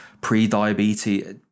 pre-diabetes